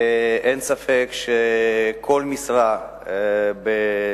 אין ספק שכל משרה נוספת